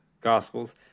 gospels